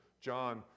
John